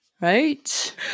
Right